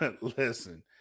listen